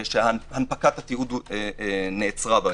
שהנפקת התיעוד נעצרה בהם.